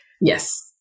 Yes